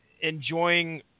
enjoying